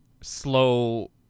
slow